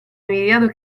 envidiado